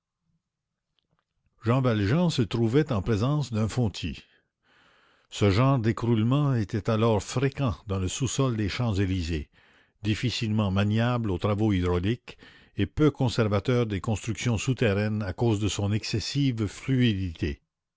jean valjean se trouvait en présence d'un fontis ce genre d'écroulement était alors fréquent dans le sous-sol des champs-élysées difficilement maniable aux travaux hydrauliques et peu conservateur des constructions souterraines à cause de son excessive fluidité